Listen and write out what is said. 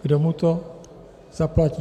Kdo mu to zaplatí?